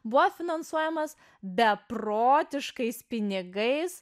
buvo finansuojamas beprotiškais pinigais